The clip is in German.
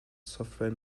software